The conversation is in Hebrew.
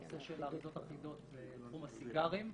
נושא של אריזות אחידות בתחום הסיגרים.